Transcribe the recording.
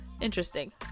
interesting